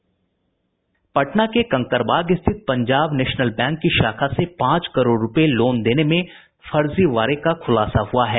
पटना के कंकड़बाग स्थित Punjab National Bank की शाखा से पांच करोड़ रूपये लोन देने में फर्जीवाड़े का खुलासा हुआ है